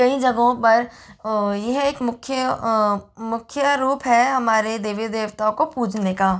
कई जगहों पर यह एक मुख्य मुख्य रूप है हमारे देवी देवताओं को पूजने का